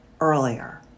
earlier